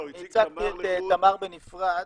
אני הצגתי את תמר בנפרד.